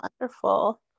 wonderful